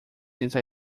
since